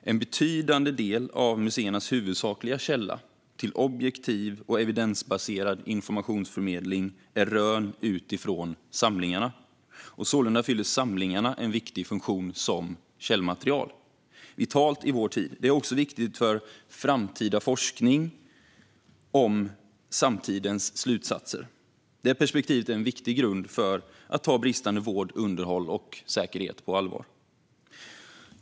En betydande del av museernas huvudsakliga källa till objektiv och evidensbaserad informationsförmedling är rön utifrån samlingarna, och sålunda fyller samlingarna en viktig funktion som källmaterial, vilket är vitalt i vår tid. De är också viktiga för framtida forskning om samtidens slutsatser. Detta perspektiv är en viktig grund för att ta bristande vård, underhåll och säkerhet på allvar.